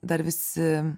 dar vis